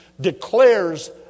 declares